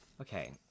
Okay